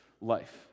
life